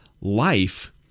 life